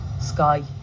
sky